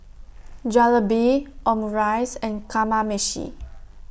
Jalebi Omurice and Kamameshi